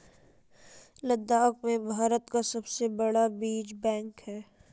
लद्दाख में भारत का सबसे बड़ा बीज बैंक है